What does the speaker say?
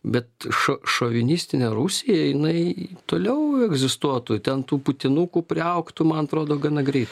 bet šo šovinistinė rusijai jinai toliau egzistuotų ten tų putinukų priaugtų man atrodo gana greit